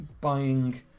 buying